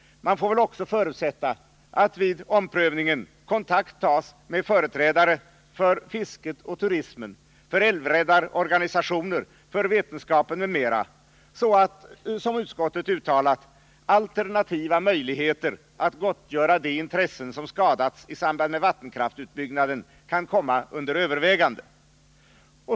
Man får väl också förutsätta att vid omprövningen kontakt tas med företrädare för fisket och turismen, för älvräddarorganisationer, för vetenskapen m.m., så att — som utskottet uttalat — alternativa möjligheter att gottgöra de intressen som skadats i samband med vattenkraftsutbyggnaden kan komma under övervägande.